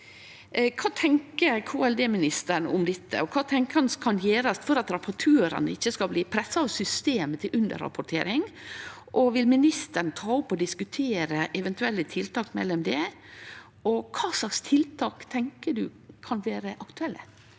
Kva tenkjer KLD-ministeren om dette, og kva tenkjer han kan gjerast for at rapportørane ikkje skal bli pressa av systemet til underrapportering? Vil ministeren ta opp og diskutere eventuelle tiltak med LMD? Kva tiltak tenkjer ministeren kan vere aktuelle?